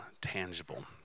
tangible